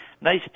nice